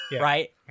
right